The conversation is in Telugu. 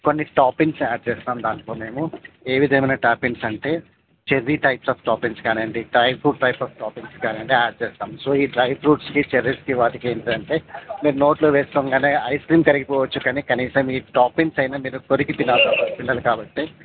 కొన్ని టాపింగ్స్ యాడ్ చేస్తాం దాంట్లో మేము ఏ విధమైన టాపింగ్స్ అంటే చెర్రీ టైప్స్ ఆఫ్ టాపింగ్స్ కానీయండి dry fruits dry fruits toppings కానీయండి యాడ్ చేస్తాం సో ఈ డ్రై ఫ్రూట్స్కి చెర్రీస్కి వాటికి ఏంటంటే నోట్లో వేసుకోగానే ఐస్ క్రీమ్ కరిగి పోవచ్చు కానీ కనీసం ఈ టాపింగ్స్ అయితే మీరు కొరికి తినాల్సి తినాలి కాబట్టి